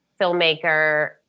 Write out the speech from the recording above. filmmaker